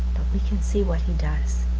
we can see what he does.